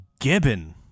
Gibbon